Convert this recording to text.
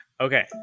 Okay